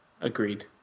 agreed